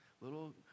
little